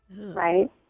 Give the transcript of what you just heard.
Right